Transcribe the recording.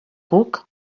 puc